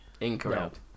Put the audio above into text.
incorrect